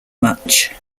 much